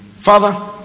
Father